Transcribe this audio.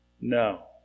No